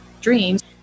dreams